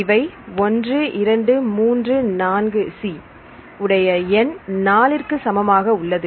இவை 1 2 3 4 C உடைய எண் 4 ற்கு சமமாக உள்ளது